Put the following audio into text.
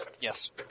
Yes